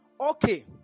Okay